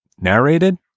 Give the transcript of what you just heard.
narrated